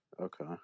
Okay